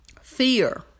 fear